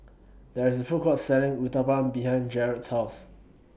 There IS A Food Court Selling Uthapam behind Gerard's House